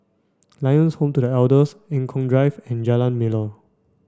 Lions Home for The Elders Eng Kong Drive and Jalan Melor